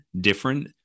different